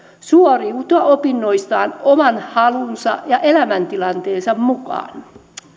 suoriutua opinnoistaan oman halunsa ja elämäntilanteensa mukaan